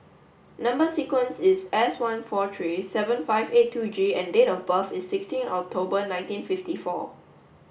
number sequence is S one four three seven five eight two G and date of birth is sixteen October nineteen fifty four